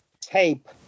tape